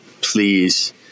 please